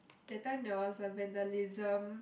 that time there was a vandalism